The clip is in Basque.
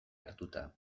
hartuta